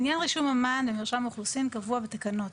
עניין רישום המען למרשם האוכלוסין קבוע בתקנות,